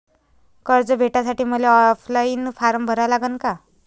कर्ज भेटासाठी मले ऑफलाईन फारम भरा लागन का?